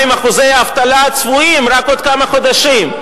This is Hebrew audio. אחוזי האבטלה הצפויים רק בעוד כמה חודשים.